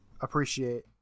appreciate